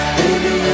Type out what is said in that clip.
baby